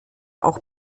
auch